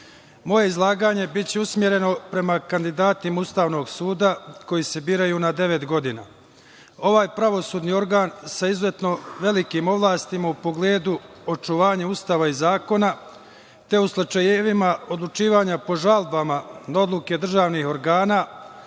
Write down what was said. moje izlaganje biće usmereno prema kandidatima Ustavnog suda koji se biraju na devet godina. Ovaj pravosudni organ sa izuzetno velikim oblastima u pogledu očuvanja Ustava i zakona, te u slučajevima odlučivanja po žalbama na odluke državnih organa,